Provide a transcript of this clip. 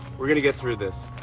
we're gonna get through this.